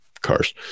cars